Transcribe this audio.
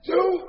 Two